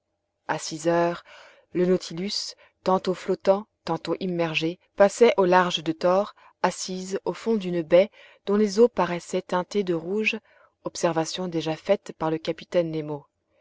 a six heures le nautilus tantôt flottant tantôt immergé passait au large de tor assise au fond d'une baie dont les eaux paraissaient teintées de rouge observation déjà faite par le capitaine nemo